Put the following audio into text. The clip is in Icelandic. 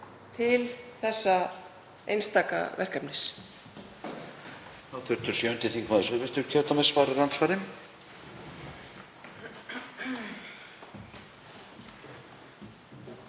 til þessa einstaka verkefnis.